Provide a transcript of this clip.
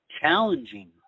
challenging